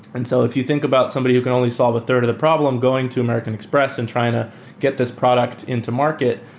and so if you think about somebody who can only solve a third of the problem going to american express and trying to get this product into market,